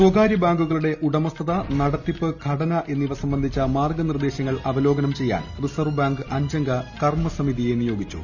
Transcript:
സ്വകാരൃ ബാങ്കുകളുടെ ഉടമസ്ഥത നടത്തിപ്പ് ഘടന എന്നിവ സംബന്ധിച്ച മാർഗനിർദ്ദേശങ്ങൾ അവലോകനം ചെയ്യാൻ റിസർവ് ബാങ്ക് അഞ്ചംഗ കർമസമിതിയെ നിയോഗിച്ചു